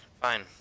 Fine